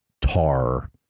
tar